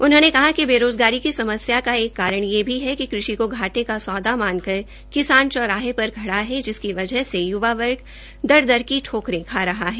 उन्होंने कहा कि बेरोज़गारी की समस्या का एक कारण यह भी है कि कृषि को घाटे का सौदा मानकर किसान चौराहे पर खड़ा है जिसकी वजह से य्वा वर्ग दर दर की ठोकरे खा रहा है